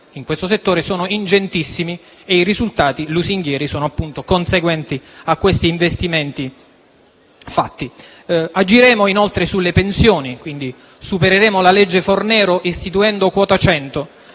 nel settore sono ingentissimi e i risultati lusinghieri sono appunto conseguenti a questi investimenti. Agiremo, inoltre, sulle pensioni: supereremo la legge Fornero istituendo quota 100